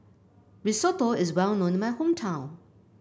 risotto is well known in my hometown